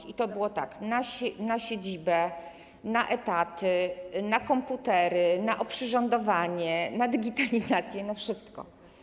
I to było tak: na siedzibę, na etaty, na komputery, na oprzyrządowanie, na digitalizację, na wszystko.